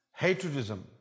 hatredism